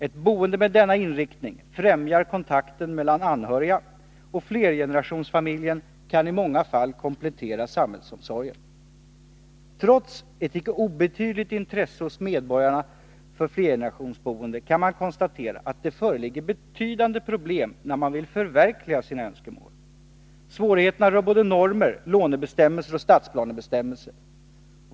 Ett boende med denna inriktning främjar kontakterna mellan anhöriga, och flergenerationsfamiljen kan i många fall komplettera samhällsomsorgen. Trots ett icke obetydligt intresse hos medborgarna för flergenerationsboende kan man konstatera att det föreligger betydande problem när man vill förverkliga sina önskemål. Svårigheterna rör både normer, lånebestämmelser och stadsplanebestämmelser.